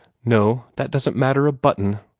no that doesn't matter a button,